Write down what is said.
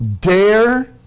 Dare